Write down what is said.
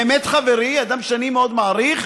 באמת חברי, אדם שאני מאוד מעריך,